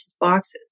boxes